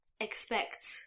expect